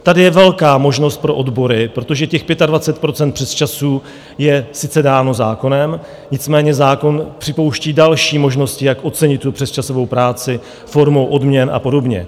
Tady je velká možnost pro odbory, protože těch 25 % přesčasů je sice dáno zákonem, nicméně zákon připouští další možnosti, jak ocenit tu přesčasovou práci formou odměn a podobně.